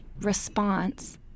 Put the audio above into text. response